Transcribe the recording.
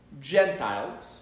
Gentiles